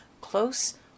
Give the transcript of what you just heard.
close